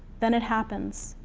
then it happens.